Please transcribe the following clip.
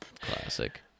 Classic